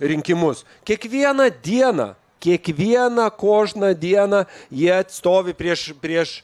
rinkimus kiekvieną dieną kiekvieną kožną dieną jie stovi prieš prieš